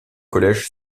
collège